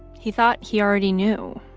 he thought he already knew,